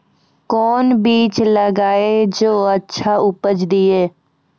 कोंन बीज लगैय जे अच्छा उपज दिये?